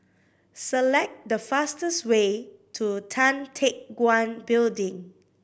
select the fastest way to Tan Teck Guan Building